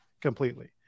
completely